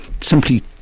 simply